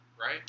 right